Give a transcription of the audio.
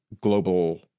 global